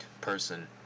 person